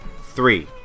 Three